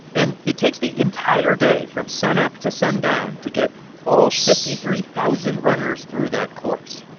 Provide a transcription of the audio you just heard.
and it takes the entire day from sunup to sundown to get all fifty three thousand runners through that course.